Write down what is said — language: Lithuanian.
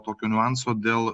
tokio tokio niuanso dėl